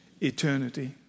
eternity